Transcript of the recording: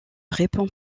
répond